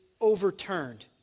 overturned